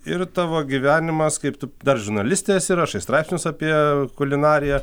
ir tavo gyvenimas kaip tu dar žurnalistė esi rašai straipsnius apie kulinariją